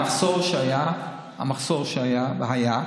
המחסור שהיה, המחסור שהיה, והיה,